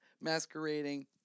masquerading